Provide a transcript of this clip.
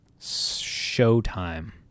Showtime